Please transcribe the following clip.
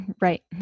right